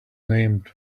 name